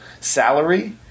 salary